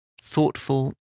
thoughtful